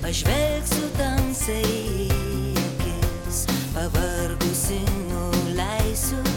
pažvelgsiu tamsai į akis pavargusi nuleisiu